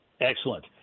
Excellent